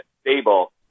stable